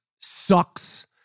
sucks